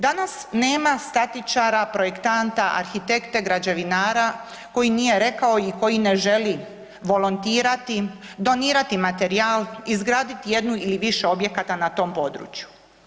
Danas nema statičara, projektanta, arhitekta, građevinara koji nije rekao i koji ne želi volontirati, donirati materijal, izgraditi jednu ili više objekata na tom području.